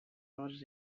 audit